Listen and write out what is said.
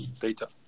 data